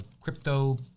Crypto